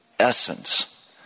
essence